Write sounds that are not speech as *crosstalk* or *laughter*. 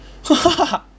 *laughs*